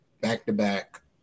back-to-back